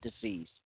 disease